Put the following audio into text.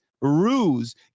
ruse